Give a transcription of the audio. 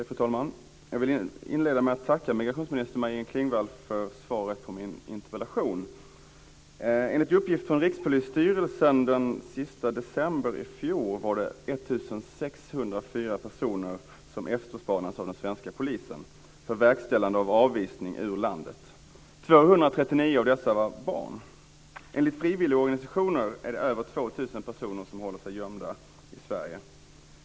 Fru talman! Jag vill inleda med att tacka migrationsminister Maj-Inger Klingvall för svaret på min interpellation. Enligt uppgift från Rikspolisstyrelsen den sista december i fjol var det 1 604 personer som efterspanades av den svenska polisen för verkställande av avvisning ur landet. 239 av dessa var barn. Enligt frivilligorganisationer är det över 2 000 personer som håller sig gömda i Sverige.